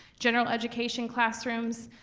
general education classrooms,